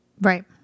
Right